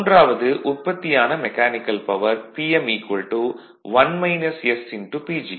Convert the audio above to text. மூன்றாவது உற்பத்தியான mechanical power Pm PG